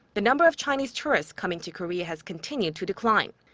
the number of chinese tourists coming to korea has continued to decline.